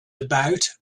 about